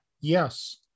yes